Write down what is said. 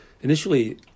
Initially